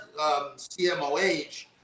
CMOH